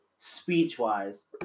speech-wise